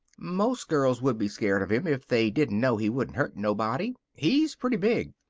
most girls would be scared of him if they didn't know he wouldn't hurt nobody. he's pretty big.